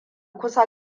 kusa